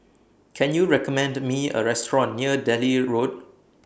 Can YOU recommend Me A Restaurant near Delhi Road